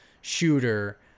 shooter